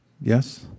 Yes